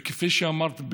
וכפי שאמרת,